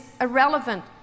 irrelevant